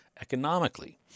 economically